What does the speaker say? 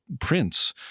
prince